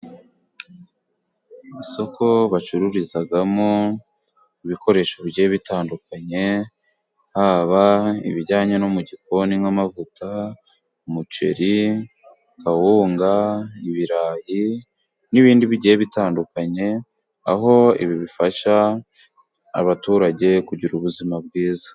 Isoko bacururizamo ibikoresho bigiye bitandukanye, haba ibijyanye no mugikoni nk'amavuta, umuceri, kawunga, ibirayi, n'ibindi bigiye bitandukanye, aho ibi bifasha abaturage kugira ubuzima bwiza.